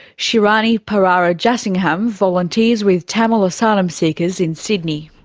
shiranee pararajasingham volunteers with tamil asylum seekers in sydney.